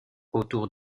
autour